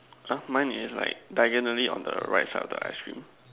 !huh! mine is like diagonally on the right side of the ice cream